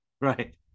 Right